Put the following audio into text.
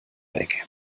weg